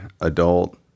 adult